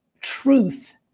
truth